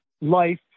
life